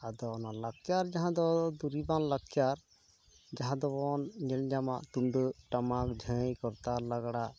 ᱟᱫᱚ ᱚᱱᱟ ᱞᱟᱠᱪᱟᱨ ᱡᱟᱦᱟᱸ ᱫᱚ ᱫᱩᱨᱤᱵᱟᱱ ᱞᱟᱠᱪᱟᱨ ᱡᱟᱦᱟᱸ ᱫᱚᱵᱚᱱ ᱧᱮᱞ ᱧᱟᱢᱟ ᱛᱩᱢᱫᱟᱹᱜ ᱴᱟᱢᱟᱠ ᱡᱷᱟᱺᱭ ᱠᱚᱨᱛᱟᱞ ᱞᱟᱜᱽᱲᱟ